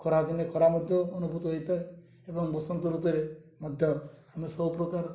ଖରାଦିନେ ଖରା ମଧ୍ୟ ଅନୁଭୂତ ହେଇଥାଏ ଏବଂ ବସନ୍ତ ଋତୁରେ ମଧ୍ୟ ଆମେ ସବୁପ୍ରକାର